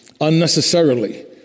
unnecessarily